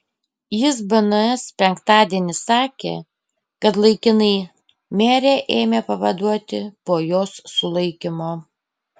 jis bns penktadienį sakė kad laikinai merę ėmė pavaduoti po jos sulaikymo